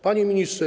Panie Ministrze!